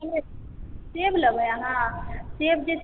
सेब सेब लेबै अहाँ सेब जे छै